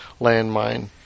landmine